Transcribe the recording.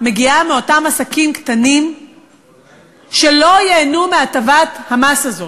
מגיעה מאותם העסקים הקטנים שלא ייהנו מהטבת המס הזאת.